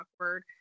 awkward